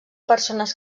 persones